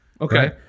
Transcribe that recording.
Okay